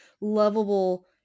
lovable